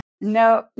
no